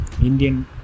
Indian